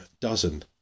Dozen